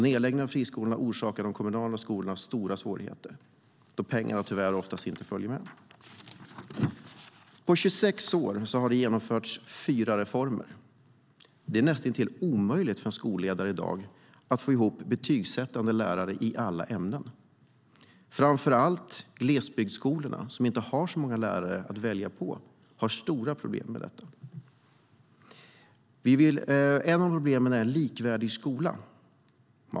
Nedläggning av friskolorna orsakar de kommunala skolorna stora svårigheter då pengarna tyvärr oftast inte följer med. Ett av problemen är likvärdig skola.